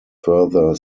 further